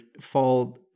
fall